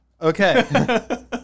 Okay